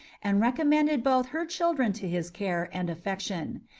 and recommended both her children to his care and affection,